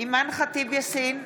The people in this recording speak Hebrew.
אימאן ח'טיב יאסין,